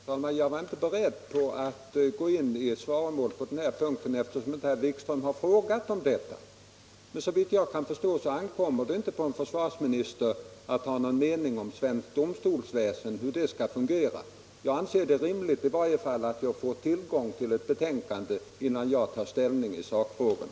Herr talman! Jag var inte beredd på att gå in i svaromål på den här punkten eftersom herr Wikström inte hade frågat om detta. Men såvitt jag kan förstå ankommer det inte på en försvarsminister att ha någon mening om hur svenskt domstolsväsen skall fungera. Jag anser det rimligt att jag får tillgång till ett betänkande innan jag tar ställning i sakfrågan.